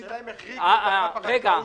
בתוכנית הם החריגו את משרד החקלאות.